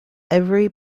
every